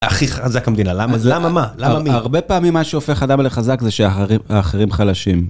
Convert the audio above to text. הכי חזק המדינה, למה? למה מה? למה מי? הרבה פעמים מה שהופך אדם לחזק זה שאחרים חלשים.